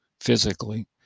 physically